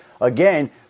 again